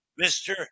Mr